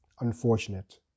unfortunate